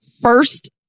first